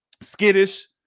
skittish